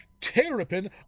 Terrapin